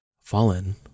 Fallen